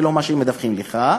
ולא מה שמדווחים לך,